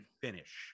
finish